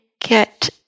get